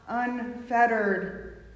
unfettered